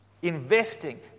investing